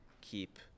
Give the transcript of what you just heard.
keep